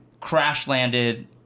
crash-landed